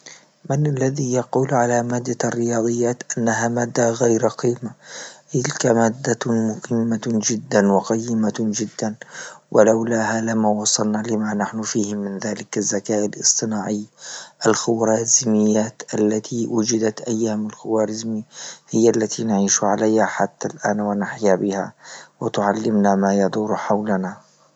من الذي يقول على مادة الرياضيات انها مادة غير قيمة؟ تلك مادة مقيمة جدا وقيمة جدا، ولولاها لما وصلنا لما نحن فيه من ذلك الزكاء الإصطناعي الخورزميات التي وجدت أيام الخوارزمي هي التي نعيش عليها حتى الآن ونحيا بها وتعلمنا ما يدور حولنا.